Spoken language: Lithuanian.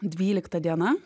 dvylikta diena